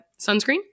sunscreen